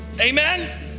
amen